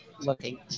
looking –